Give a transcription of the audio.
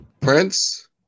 Prince